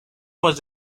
was